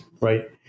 right